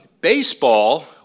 Baseball